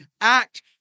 act